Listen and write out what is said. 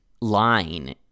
line